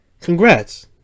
Congrats